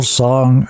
song